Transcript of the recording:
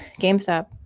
GameStop